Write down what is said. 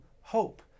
hope